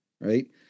right